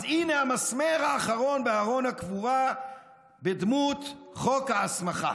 אז הינה המסמר האחרון בארון הקבורה בדמות חוק ההסמכה.